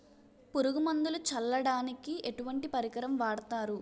పురుగు మందులు చల్లడానికి ఎటువంటి పరికరం వాడతారు?